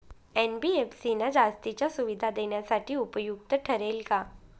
NBFC ना जास्तीच्या सुविधा देण्यासाठी उपयुक्त ठरेल का?